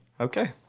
Okay